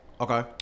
Okay